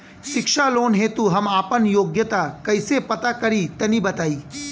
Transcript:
शिक्षा लोन हेतु हम आपन योग्यता कइसे पता करि तनि बताई?